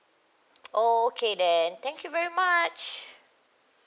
oh okay then thank you very much